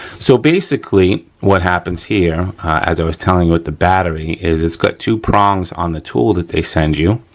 so basically what happens here as i was telling you with the battery is its got two prongs on the tool that they send you,